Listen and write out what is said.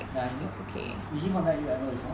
ya he's not did he contact you ever before